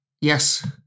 yes